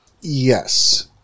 Yes